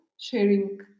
sharing